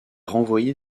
renvoyé